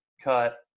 cut